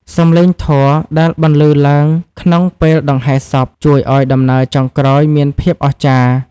សំឡេងធម៌ដែលបន្លឺឡើងក្នុងពេលដង្ហែសព ជួយឱ្យដំណើរចុងក្រោយមានភាពអស្ចារ្យ។